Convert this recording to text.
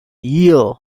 yield